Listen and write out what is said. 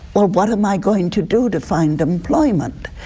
well, what am i going to do to find employment?